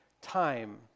time